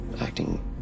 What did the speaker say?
acting